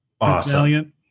awesome